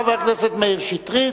חבר הכנסת מאיר שטרית,